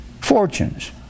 fortunes